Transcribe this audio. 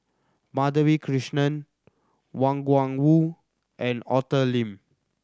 Madhavi Krishnan Wang Gungwu and Arthur Lim